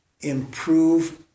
improve